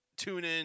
TuneIn